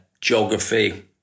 geography